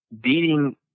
beating